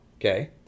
okay